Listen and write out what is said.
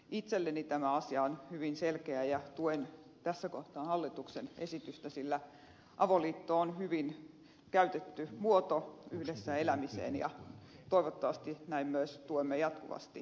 itselleni tämä asia on hyvin selkeä ja tuen tässä kohtaa hallituksen esitystä sillä avoliitto on hyvin käytetty muoto yhdessä elämiseen ja toivottavasti näin myös tuemme jatkossakin